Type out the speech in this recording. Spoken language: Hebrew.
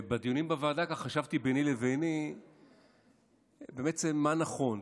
בדיונים בוועדה ככה חשבתי ביני לביני בעצם מה נכון.